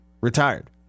retired